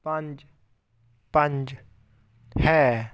ਪੰਜ ਪੰਜ ਹੈ